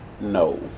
no